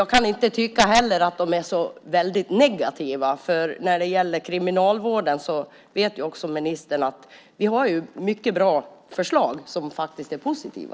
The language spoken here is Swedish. Jag kan inte heller tycka att de är så negativa. När det gäller kriminalvården vet ministern att vi har mycket bra förslag, som faktiskt är positiva.